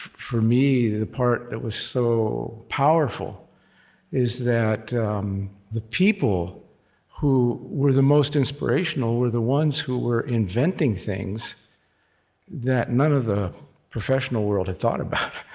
for me, the part that was so powerful is that um the people who were the most inspirational were the ones who were inventing things that none of the professional world had thought about,